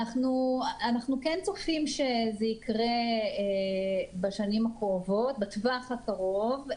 אנחנו כן צופים שזה יקרה בשנים הקרובות בטווח הקרוב,